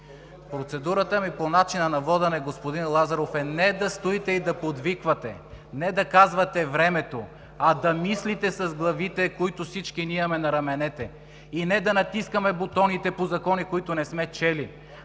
Процедурата ми е по начина на водене, господин Лазаров – не да стоите и да подвиквате, не да казвате „времето“, а да мислите с главите си, които всички ние имаме на раменете си, и да не натискаме бутоните по закони, които не сме чели,